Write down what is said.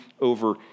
over